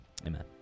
amen